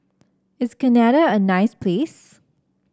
is Canada a nice place